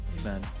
Amen